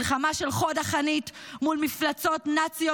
מלחמה של חוד החנית מול מפלצות נאציות,